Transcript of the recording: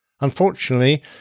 Unfortunately